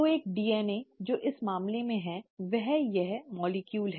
तो एक DNA जो इस मामले में है वह यह अणु है